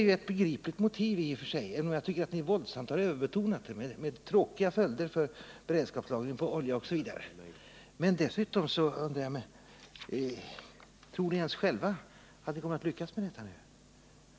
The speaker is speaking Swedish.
Det är ett begripligt motiv i och för sig, även om jag tycker att ni våldsamt har överbetonat dess betydelse — med tråkiga följder för beredskapslagringen av olja osv. Siktet har varit för snävt inställt på den 16 september. Dessutom undrar jag: Tror ni ens själva att ni kommer att lyckas med detta?